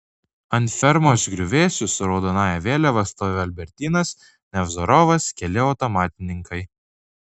ant fermos griuvėsių su raudonąja vėliava stovi albertynas nevzorovas keli automatininkai